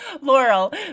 Laurel